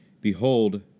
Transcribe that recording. Behold